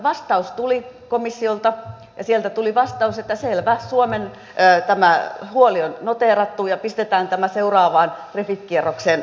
vastaus tuli komissiolta ja sieltä tuli vastaus että selvä suomen huoli on noteerattu ja pistetään tämä seuraavaan refit kierrokseen merkille